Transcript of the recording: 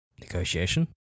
Negotiation